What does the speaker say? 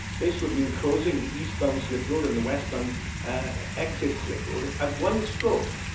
this would mean closing the eastbound slip road and the westbound ah exit slip road. at one stroke,